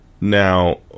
Now